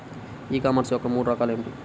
ఈ కామర్స్ యొక్క మూడు రకాలు ఏమిటి?